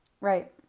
Right